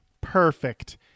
perfect